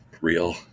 Real